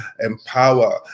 empower